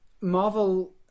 marvel